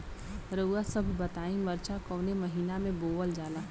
रउआ सभ बताई मरचा कवने महीना में बोवल जाला?